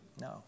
No